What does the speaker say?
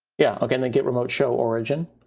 yeah like and then git remote show origin.